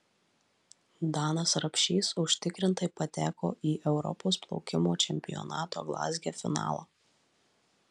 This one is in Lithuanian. danas rapšys užtikrintai pateko į europos plaukimo čempionato glazge finalą